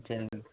ம் சரிங்க